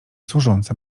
służąca